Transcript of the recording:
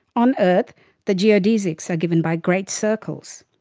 on earth the geodesics are given by great circles.